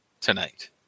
tonight